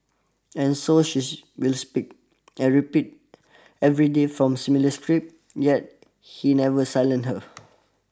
and so she will speak and repeat every day from similar script yet he never silent her